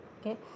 okay